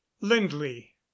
lindley